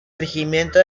regimiento